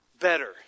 better